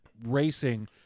racing